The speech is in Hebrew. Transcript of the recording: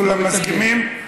כולם מסכימים?